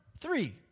Three